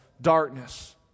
darkness